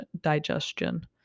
digestion